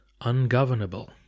Ungovernable